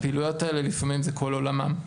הפעילויות האלה לפעמים זה כל עולמם.